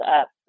up